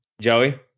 Joey